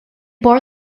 bore